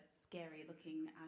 scary-looking